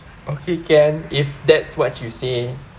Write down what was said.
okay can if that's what you say